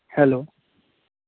hello